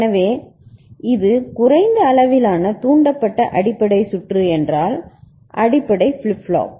எனவே இது குறைந்த அளவிலான தூண்டப்பட்ட அடிப்படை சுற்று என்றால் அடிப்படை ஃபிளிப் ஃப்ளாப்